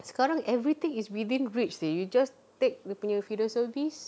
sekarang everything is within reach seh you just take dia punya feeder service